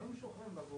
אני לא זוכר.